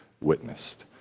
witnessed